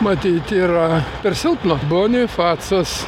matyt yra per silpna bonifacas